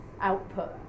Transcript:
output